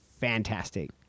fantastic